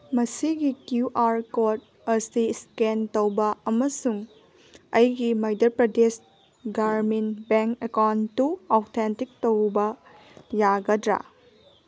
ꯃꯁꯤꯒꯤ Q R code ꯑꯁꯤ scan ꯇꯧꯕ ꯑꯃꯁꯨꯡ ꯑꯩꯒꯤ ꯃꯩꯙ ꯄ꯭ꯔꯗꯦꯁ ꯒꯥꯔꯃꯤꯟ ꯕꯦꯡ ꯑꯦꯀꯥꯎꯟꯇꯨ ꯑꯧꯊꯦꯟꯇꯤꯛ ꯇꯧꯕ ꯌꯥꯒꯗ꯭ꯔꯥ